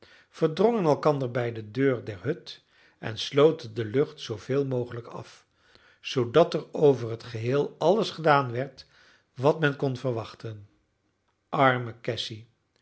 verdrongen elkander bij de deur der hut en sloten de lucht zooveel mogelijk af zoodat er over het geheel alles gedaan werd wat men kon verwachten arme cassy